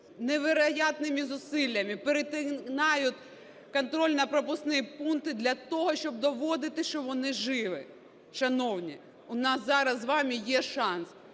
невероятными зусиллями перетинають контрольно-пропускні пункти для того, щоб доводити, що вони живі. Шановні, у нас зараз з вами є шанс